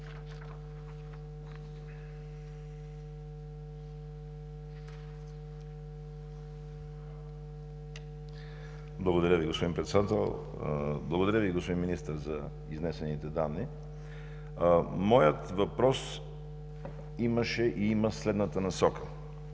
Благодаря Ви, господин Министър, за изнесените данни. Моят въпрос имаше и има следната насока,